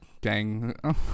gang